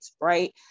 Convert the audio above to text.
right